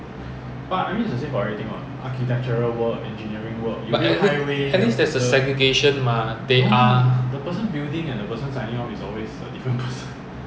你 expect 人家有这些 certification 为什么 but 问题是做这些的人都是不会读书的对吗会读书这么厉害他们也不做这个 liao